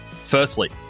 Firstly